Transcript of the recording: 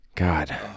god